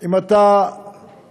אם אתה פסימי,